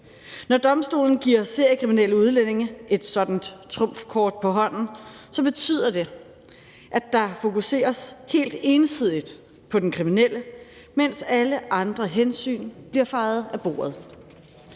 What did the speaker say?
Når domstolen giver seriekriminelle udlændinge et sådant trumfkort på hånden, betyder det, at der helt ensidigt fokuseres på den kriminelle, mens alle andre hensyn bliver fejet af bordet.